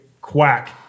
quack